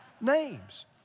names